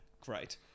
great